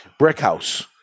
Brickhouse